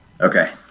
Okay